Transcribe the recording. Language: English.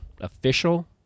official